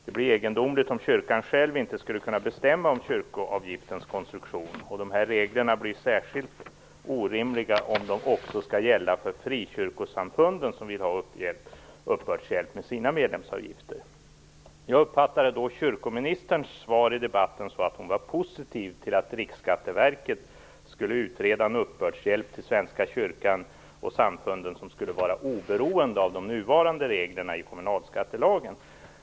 Det blir egendomligt om kyrkan själv inte skulle kunna bestämma om kyrkoavgiftens konstruktion, och de här reglerna blir särskilt orimliga om de också skall gälla för frikyrkosamfunden, som vill ha uppbördshjälp med sina medlemsavgifter. Jag uppfattade det kyrkoministern sade i debatten som att hon var positiv till att Riksskatteverket skulle utreda möjligheten att införa en uppbördshjälp till Svenska kyrkan och samfunden som skulle vara oberoende av de nuvarande reglerna i kommunalskattelagen.